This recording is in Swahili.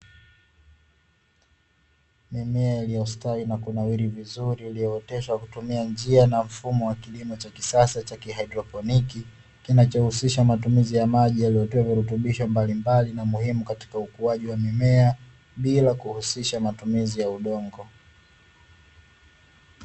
Mimea iliyostawi na kunawiri vizuri iliyooteshwa kutumia njia na mfumo wa kilimo cha kisasa cha kihaidroponi, kinachohusisha matumizi ya maji yaliyotiwa virutubisho mbalimbali na muhimu katika ukuaji wa mimea, bila kuhusisha matumizi ya udongo.